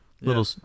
little